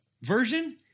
version